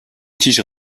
tiges